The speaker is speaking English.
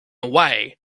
way